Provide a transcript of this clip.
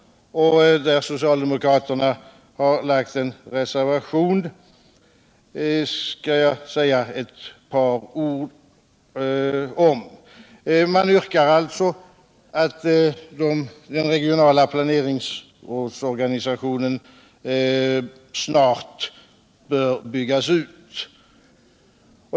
Socialdemokraterna har här lagt en reservation, och man yrkar att den regionala planeringsrådsorganisationen snart skall byggas ut.